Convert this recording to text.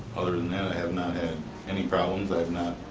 other than that i have not had any problems. i have not,